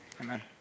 Amen